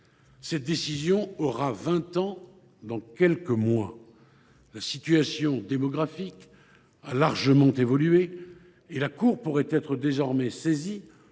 Cette décision aura vingt ans dans quelques mois. La situation démographique a largement évolué et la Cour pourrait être désormais saisie